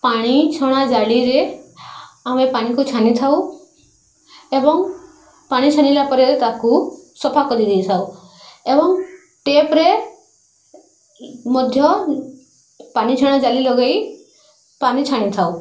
ପାଣି ଛଣା ଜାଲିରେ ଆମେ ପାଣିକୁ ଛାଣିଥାଉ ଏବଂ ପାଣି ଛାଣିଲା ପରେ ତାକୁ ସଫା କରିଦେଇଥାଉ ଏବଂ ଟେପ୍ରେ ମଧ୍ୟ ପାଣି ଛଣା ଜାଲି ଲଗେଇ ପଣି ଛାଣିଥାଉ